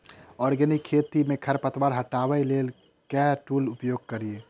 Organic खेती मे खरपतवार हटाबै लेल केँ टूल उपयोग करबै?